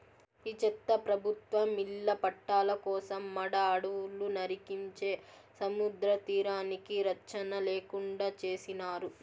ఈ చెత్త ప్రభుత్వం ఇళ్ల పట్టాల కోసం మడ అడవులు నరికించే సముద్రతీరానికి రచ్చన లేకుండా చేసినారు